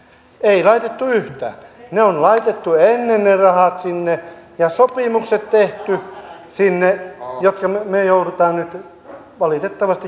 ne rahat on laitettu ennen sinne ja tehty sinne ne sopimukset jotka me joudumme nyt valitettavasti kärsimään nahoissamme